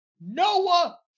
Noah